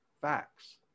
facts